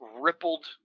rippled